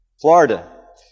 Florida